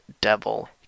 devil